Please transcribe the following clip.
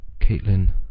Caitlin